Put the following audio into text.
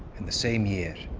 in the same year,